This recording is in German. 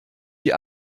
die